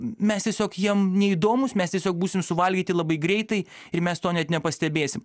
mes tiesiog jiem neįdomūs mes tiesiog būsim suvalgyti labai greitai ir mes to net nepastebėsim